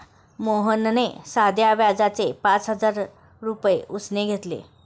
मोहनने साध्या व्याजाने पाच हजार रुपये उसने घेतले